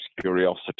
curiosity